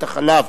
את החלב,